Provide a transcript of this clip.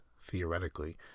theoretically